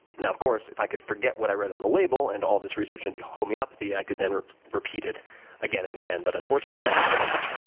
now, of course, if i could forget what i read on the label and all this research into homeopathy, i could then repeat it again and again. but, unfortunately, now i know too much.